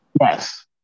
Yes